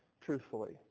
truthfully